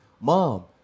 Mom